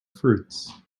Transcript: fruits